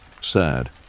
sad